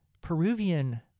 Peruvian